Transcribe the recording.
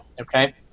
okay